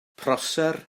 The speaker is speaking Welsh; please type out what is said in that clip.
prosser